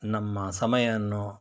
ನಮ್ಮ ಸಮಯವನ್ನು